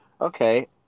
Okay